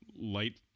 light